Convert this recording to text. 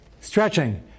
Stretching